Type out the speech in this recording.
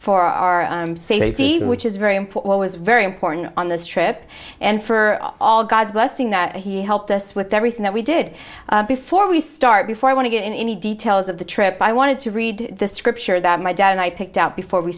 for our safety which is very important was very important on this trip and for all god's blessing that he helped us with everything that we did before we start before i want to get into any details of the trip i wanted to read the scripture that my dad and i picked out before we